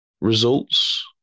results